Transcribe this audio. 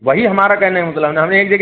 वही हमारा कहने का मतलब है ना हम एक जगह